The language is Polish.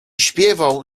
śpiewał